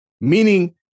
Meaning